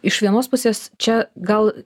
iš vienos pusės čia gal